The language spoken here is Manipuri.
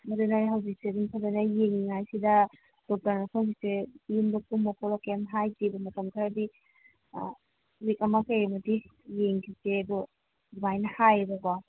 ꯃꯗꯨꯅ ꯑꯩ ꯍꯧꯖꯤꯛꯁꯦ ꯑꯗꯨꯝ ꯐꯖꯅ ꯌꯦꯡꯉꯤꯉꯩꯁꯤꯗ ꯗꯣꯛꯇꯔꯅꯁꯨ ꯍꯧꯖꯤꯛꯁꯦ ꯌꯨꯝꯗ ꯀꯨꯝꯃꯣ ꯈꯣꯠꯂꯣ ꯀꯔꯤꯝ ꯍꯥꯏꯗꯦꯕ ꯃꯇꯝ ꯈꯔꯗꯤ ꯋꯤꯛ ꯑꯃ ꯀꯔꯤ ꯑꯃꯗꯤ ꯌꯦꯡꯈꯤꯁꯦ ꯑꯗꯣ ꯁꯨꯃꯥꯏꯅ ꯍꯥꯏꯌꯦꯕꯀꯣ